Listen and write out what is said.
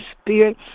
spirit